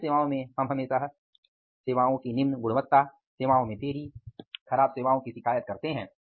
सरकारी सेवाओं में हम हमेशा सेवाओं की निम्न गुणवत्ता सेवाओं में देरी ख़राब सेवाएं की शिकायत करते हैं